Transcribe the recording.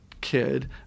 kid